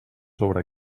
sobre